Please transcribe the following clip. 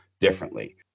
differently